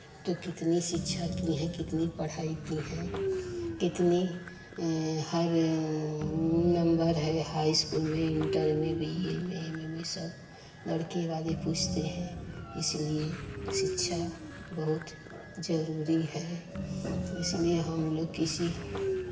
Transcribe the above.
तो कितनी शिक्षा की हैं कितनी पढ़ाई की हैं कितनी हर नंबर है हाई इस्कूल में इंटर में बी ए में एम ए में सब लड़के वाले पूछते हैं इसलिए शिक्षा बहुत ज़रूरी है इसलिए हम लोग किसी